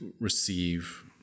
receive